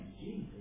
Jesus